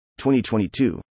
2022